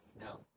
No